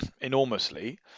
enormously